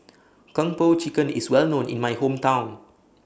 Kong Po Chicken IS Well known in My Hometown